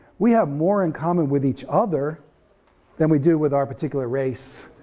we have more in common with each other than we do with our particular race,